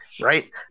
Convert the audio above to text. Right